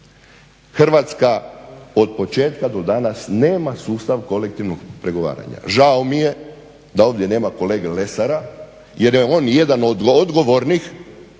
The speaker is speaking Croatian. Hrvatska od početka do danas nema sustav kolektivno pregovaranja. Žao mi je da ovdje nema kolege Lesara, jer je on jedan od odgovornih zašto